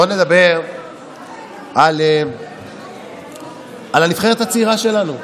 בואו נדבר על הנבחרת הצעירה שלנו,